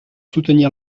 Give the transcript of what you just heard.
soutenir